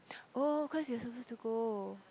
oh cause you were supposed to go